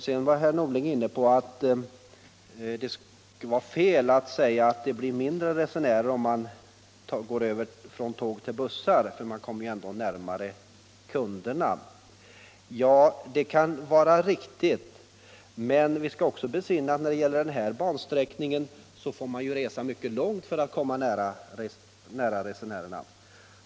Herr Norling var inne på att det skulle vara fel att säga att det blir mindre resenärer vid en övergång från tåg till bussar, för med bussarna kommer man ju närmare kunderna. Ja, det kan vara riktigt. Men vi skall också besinna att när det gäller den här bansträckningen får man köra mycket långt för att komma nära resenärerna.